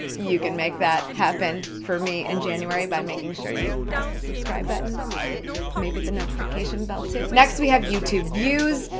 you can make that happen for me in january by making sure you press the subscribe button and maybe the notification bell, too. next, we have youtube views.